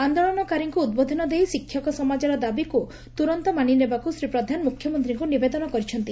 ଆଦୋଳନକାରୀଙ୍କୁ ଉଦ୍ବୋଧନ ଦେଇ ଶିକ୍ଷକ ସମାଜର ଦାବିକୁ ତୁରନ୍ତ ମାନିନେବାକୁ ଶ୍ରୀ ପ୍ରଧାନ ମୁଖ୍ୟମନ୍ତୀଙ୍କୁ ନିବେଦନ କରିଛନ୍ତି